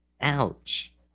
Ouch